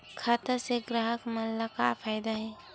खाता से ग्राहक मन ला का फ़ायदा हे?